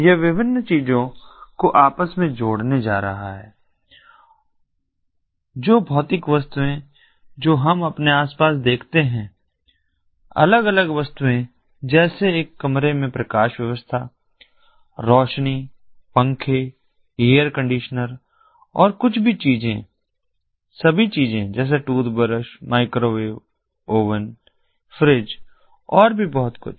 यह विभिन्न चीजों को आपस में जोड़ने जा रहा है जो भौतिक वस्तुएं जो हम अपने आस पास देखते हैं अलग अलग वस्तुएं जैसे एक कमरे में प्रकाश व्यवस्था रोशनी पंखे एयर कंडीशनर और कुछ भी चीजें सभी चीजें जैसे टूथब्रश माइक्रोवेव ओवन फ्रिज और भी बहुत कुछ